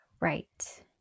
Right